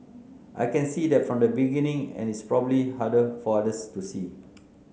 I can see that from the beginning and it's probably harder for others to see